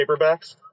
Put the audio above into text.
paperbacks